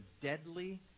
deadly